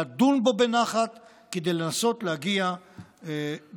לדון בו בנחת, כדי לנסות להגיע בהסכמות.